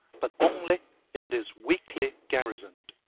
but only if it is weakly garrisoned.